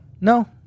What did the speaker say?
No